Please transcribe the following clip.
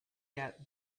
get